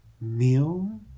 meal